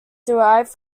derived